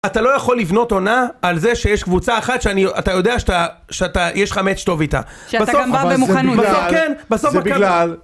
אתה לא יכול לבנות עונה על זה שיש קבוצה אחת שאתה יודע שיש לך מאצ' טוב איתה. שאתה גם בא במוכנות. אבל זה בגלל.